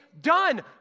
done